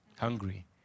Hungry